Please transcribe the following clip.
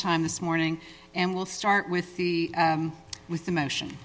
time this morning and we'll start with the with the motion